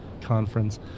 conference